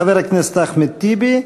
חבר הכנסת אחמד טיבי,